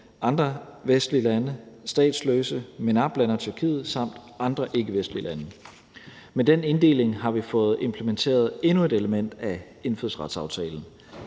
andre vestlige lande, statsløse, MENAP-lande og Tyrkiet samt andre ikkevestlige lande. Med den inddeling har vi fået implementeret endnu et element af indfødsretsaftalen.